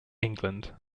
england